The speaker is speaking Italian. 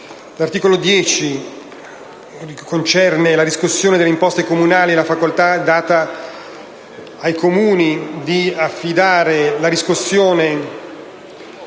L'articolo 10 concerne la riscossione delle imposte comunali e la facoltà data ai Comuni di affidare la riscossione